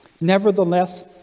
Nevertheless